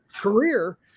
career